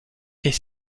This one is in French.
est